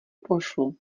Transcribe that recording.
pošlu